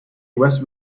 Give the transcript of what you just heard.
was